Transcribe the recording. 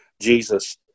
Jesus